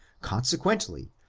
consequently,